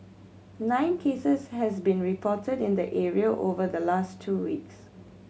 nine cases has been reported in the area over the last two weeks